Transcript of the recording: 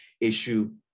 Issue